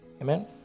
Amen